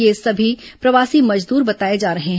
ये सभी प्रवासी मजदूर बताए जा रहे हैं